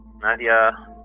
Nadia